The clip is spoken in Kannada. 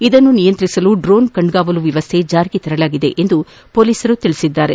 ಇದನ್ನು ನಿಯಂತ್ರಿಸಲು ಡ್ರೋನ್ ಕಣ್ಗಾವಲು ವ್ಯವಸ್ಥೆ ಜಾರಿಗೆ ತರಲಾಗಿದೆ ಎಂದು ಪೊಲೀಸರು ತಿಳಿಸಿದ್ದಾರೆ